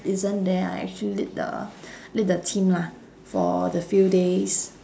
isn't there I actually lead the lead the team lah for the few days